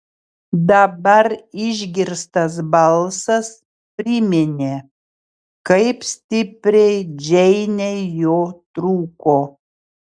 dabar išgirstas balsas priminė kaip stipriai džeinei jo trūko